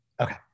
Okay